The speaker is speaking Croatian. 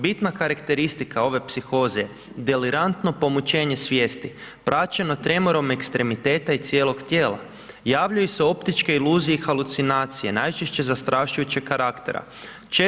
Bitna karakteristika ove psihoze, delirantno pomućenje svijesti praćeno tremorom ekstremiteta i cijelog tijela, javljaju se optičke iluzije i halucinacije, najčešće zastrašujućeg karaktera.